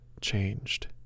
changed